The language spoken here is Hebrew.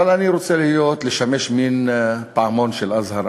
אבל אני רוצה לשמש מין פעמון אזהרה: